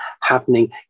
happening